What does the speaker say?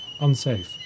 Unsafe